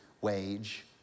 wage